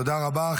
תודה רבה.